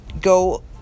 go